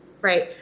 Right